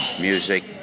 music